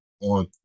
on